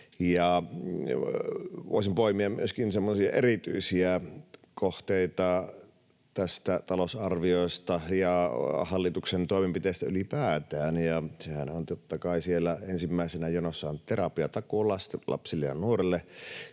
Voisin poimia myöskin semmoisia erityisiä kohteita tästä talousarviosta ja hallituksen toimenpiteistä ylipäätään. Siellähän totta kai ensimmäisenä jonossa on terapiatakuu lapsille ja nuorille.